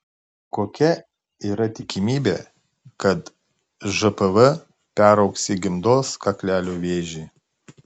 kokia yra tikimybė kad žpv peraugs į gimdos kaklelio vėžį